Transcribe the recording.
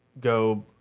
go